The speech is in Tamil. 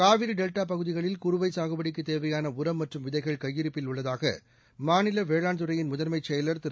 காவிரி டெல்டா பகுதிகளில் குறுவை சாகுபடிக்குத் தேவையான உரம் மற்றும் விதைகள் கையிருப்பில் உள்ளதாக மாநில வேளாண் துறையின் முதன்மை செயலாளர் திரு